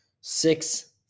six